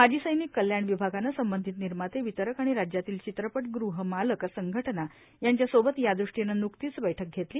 माजी सैनिक कल्याण विभागाने संबंधित निर्मातेए वितरक आणि राज्यातील चित्रपटगृह मालक संघटना यांच्या सोबत यादृष्टीनं नुकतीच बैठक घेतली